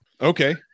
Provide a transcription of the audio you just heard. Okay